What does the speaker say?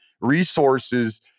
resources